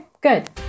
good